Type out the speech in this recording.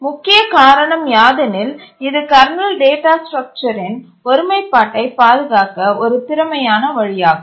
முக்கிய காரணம் யாதெனில் இது கர்னல் டேட்டா ஸ்ட்ரக்சரின் ஒருமைப்பாட்டை பாதுகாக்க ஒரு திறமையான வழியாகும்